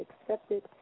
accepted